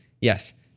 Yes